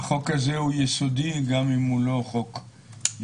החוק הזה הוא יסודי גם אם הוא לא חוק יסוד,